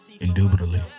Indubitably